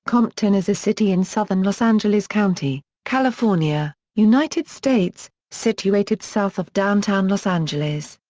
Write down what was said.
compton is a city in southern los angeles county, california, united states, situated south of downtown los angeles.